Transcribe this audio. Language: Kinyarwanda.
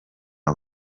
bwe